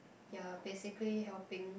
ya basically helping